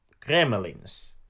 Kremlins